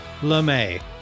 LeMay